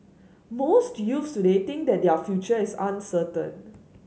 most youths today think that their future is uncertain